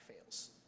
fails